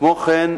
כמו כן,